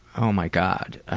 oh my god,